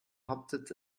hauptsitz